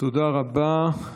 תודה רבה.